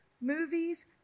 Movies